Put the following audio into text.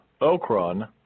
Okron